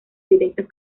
directos